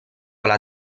alla